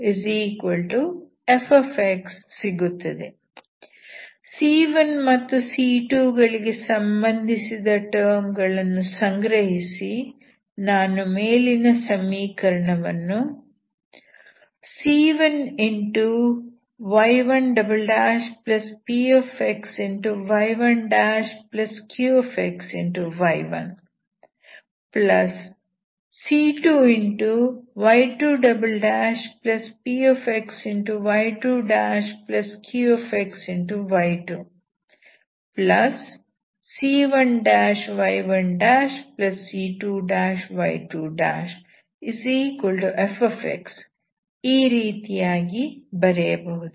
c1 ಮತ್ತು c2 ಗಳಿಗೆ ಸಂಬಂಧಿಸಿದ ಟರ್ಮ್ ಗಳನ್ನು ಸಂಗ್ರಹಿಸಿ ನಾನು ಮೇಲಿನ ಸಮೀಕರಣವನ್ನು c1y1pxy1qxy1c2y2pxy2qxy2c1y1c2y2fx ಈ ರೀತಿಯಾಗಿ ಬರೆಯಬಹುದು